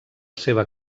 seva